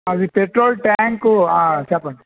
అది petrol tank చెప్పండి